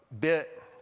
bit